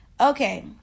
Okay